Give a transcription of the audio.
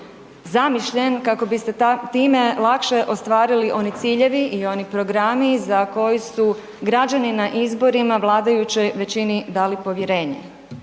zamišljen kako biste time lakše ostvarili one ciljevi i oni programi za koji su građani na izborima vladajućoj većini dali povjerenje.